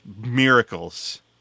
miracles